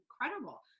incredible